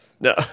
No